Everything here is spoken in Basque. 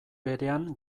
berean